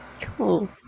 Cool